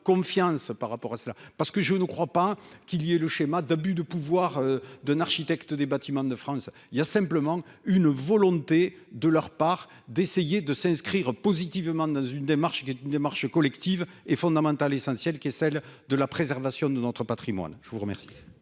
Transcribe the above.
confiance par rapport à ça parce que je ne crois pas qu'il y est, le schéma d'abus de pouvoir de l'architecte des Bâtiments de France, il y a simplement une volonté de leur part d'essayer de s'inscrire positivement dans une démarche qui est une démarche collective est fondamentale, essentielle qui est celle de la préservation de notre Patrimoine, je vous remercie.